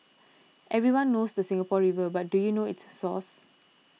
everyone knows the Singapore River but do you know its source